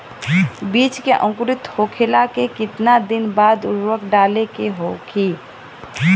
बिज के अंकुरित होखेला के कितना दिन बाद उर्वरक डाले के होखि?